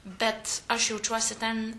bet aš jaučiuosi ten